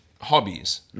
hobbies